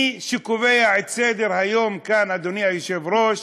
מי שקובע את סדר-היום כאן, אדוני היושב-ראש,